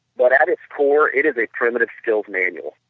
but at its core it is a primitive skill manual,